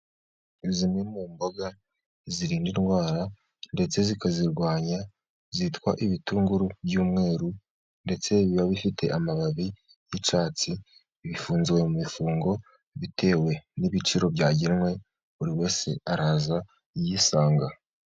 Zimwe mu mboga zirinda indwara ndetse zikazirwanya zitwa ibitunguru by'umweru, ndetse biba bifite amababi y'icyatsi. Bifunze mu mifungo bitewe n'ibiciro byagenwe buri wese araza yisanga.